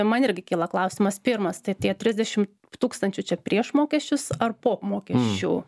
man irgi kyla klausimas pirmas tai tie trisdešim tūkstančių čia prieš mokesčius ar po mokesčių